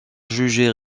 jugés